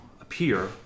appear